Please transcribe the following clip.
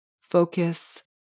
focus